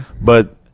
But-